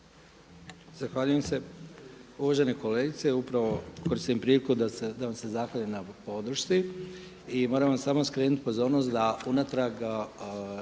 Zahvaljujem se. Uvažena kolegice, upravo koristim priliku da vam se zahvalim na podršci i moram vam samo skrenuti pozornost da unatrag